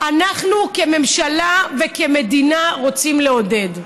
אנחנו כממשלה וכמדינה רוצים לעודד.